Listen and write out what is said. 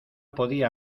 podía